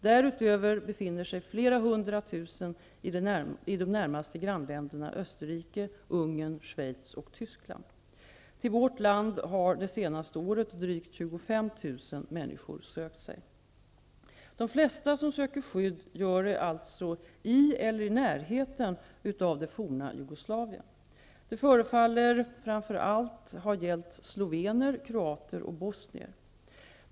Därutöver befinner sig flera hundra tusen i de närmaste grannländerna Österrike, Ungern, Schweiz och Tyskland. Till vårt land har det senaste året drygt 25 000 människor sökt sig. De flesta som söker skydd gör det alltså i eller i närheten av det forna Jugoslavien. Det förefaller framför allt ha gällt slovener, kroater och bosnier.